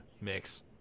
mix